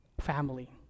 family